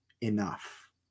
enough